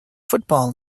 football